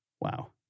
wow